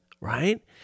right